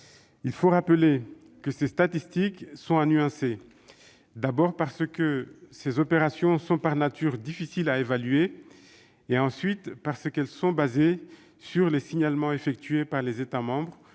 Il faut rappeler que ces statistiques sont à nuancer. Tout d'abord, ces opérations sont par nature difficiles à évaluer ; ensuite, parce que fondées sur les signalements effectués par les États membres,